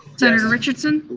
senator richardson?